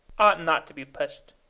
ought not to be pushed.